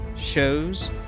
shows